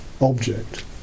object